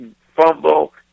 fumble